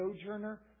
sojourner